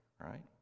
right